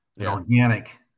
Organic